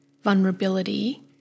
vulnerability